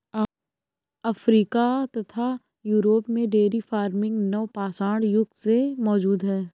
Africa तथा Europe में dairy farming नवपाषाण युग से मौजूद है